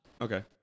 Okay